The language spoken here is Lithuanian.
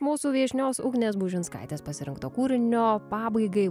mūsų viešnios ugnės bužinskaitės pasirinkto kūrinio pabaigai